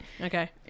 Okay